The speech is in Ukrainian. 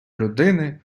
людини